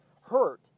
hurt